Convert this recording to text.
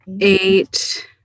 eight